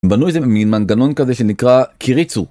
בנו איזה מן מנגנון כזה שנקרא קיריצו.